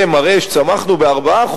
זה מראה שצמחנו ב-4%.